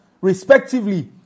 respectively